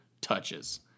touches